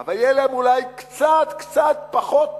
אבל יהיה להם אולי קצת קצת פחות פחות,